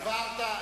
הבהרת.